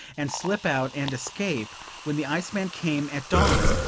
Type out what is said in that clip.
and slip out and escape when the iceman came at dawn,